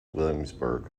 williamsburg